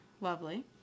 lovely